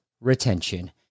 retention